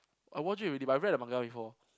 I watch it already but I read the manga before